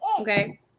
okay